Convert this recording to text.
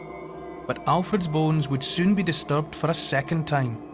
but alfred's bones would soon be disturbed for a second time.